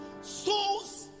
souls